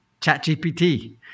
ChatGPT